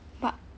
but